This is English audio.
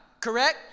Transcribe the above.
Correct